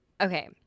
okay